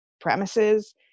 premises